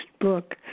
book